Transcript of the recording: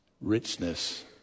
richness